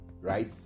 right